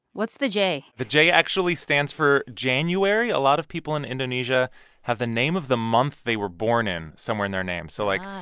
what's the j? the j actually stands for january. a lot of people in indonesia have the name of the month they were born in somewhere in their name. so like,